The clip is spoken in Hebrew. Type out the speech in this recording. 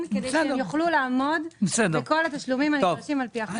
כדי שיוכלו לעמוד בכל התשלומים הנדרשים לפי החוק.